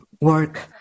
work